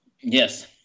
Yes